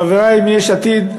חברי מיש עתיד,